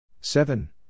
seven